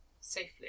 safely